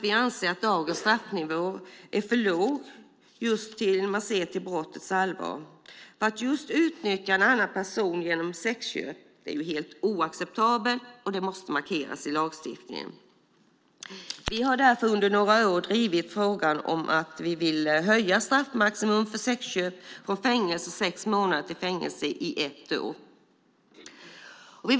Vi anser att dagens straffnivå är för låg om man ser till brottets allvar. Att utnyttja en annan person genom sexköp är helt oacceptabelt, och det måste markeras i lagstiftningen. Vi har därför under några år drivit frågan om att höja straffmaximum för sexköp från fängelse i sex månader till fängelse i ett år.